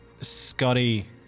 Scotty